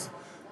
אז,